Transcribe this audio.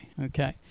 Okay